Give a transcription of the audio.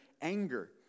anger